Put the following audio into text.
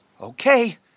Okay